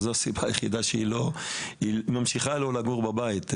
וזו הסיבה היחידה שהיא ממשיכה לא לגור בבית.